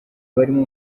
barimo